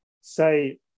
say